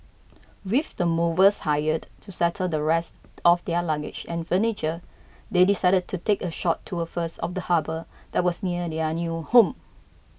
with the movers hired to settle the rest of their luggage and furniture they decided to take a short tour first of the harbour that was near their new home